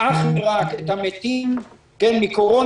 אך ורק את המתים מקורונה?